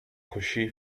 کشی